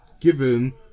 given